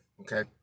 okay